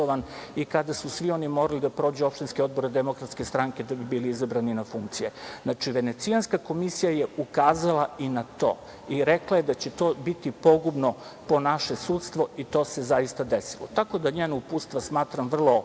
i kada su svi oni morali da prođu opštinski odbor DS da bi bili izabrani na funkcije. Znači, Venecijanska komisija je ukazala i na to i rekla je da će to biti pogubno po naše sudstvo i to se zaista desilo. Tako da njena uputstva smatram vrlo